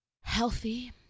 healthy